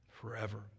forever